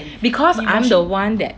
because I'm the one that